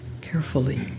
carefully